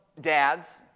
dads